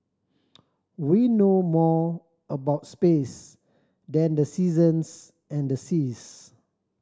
we know more about space than the seasons and the seas